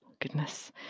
Goodness